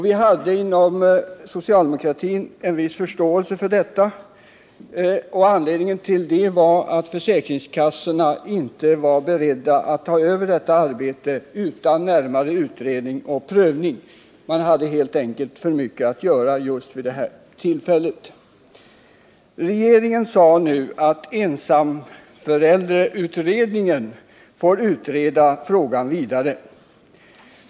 Vi hade inom socialdemokratin en viss förståelse för detta, och anledningen till det var att försäkringskassorna inte vara beredda att ta över detta arbete utan närmare utredning och prövning. Man hade helt enkelt för mycket att göra just vid det tillfället. Regeringen sade att ensamförälderkommittén får utreda frågan vidare.